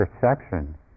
perception